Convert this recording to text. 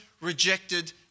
rejected